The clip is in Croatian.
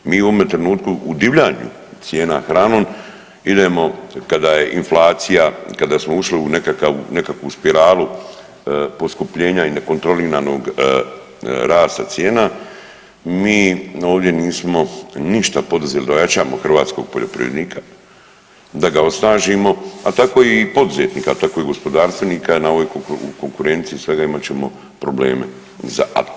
Mi u ovom trenutku u divljanju cijena hranom idemo kada je inflacija, kada smo ušli u nekakvu spiralu poskupljenja i nekontroliranog rasta cijena mi ovdje nismo ništa poduzeli da ojačamo hrvatskog poljoprivrednika, da ga osnažimo, a tako i poduzetnika, tako i gospodarstvenika u ovoj konkurenciji imat ćemo probleme.